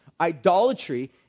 Idolatry